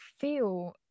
feel